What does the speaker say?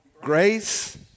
grace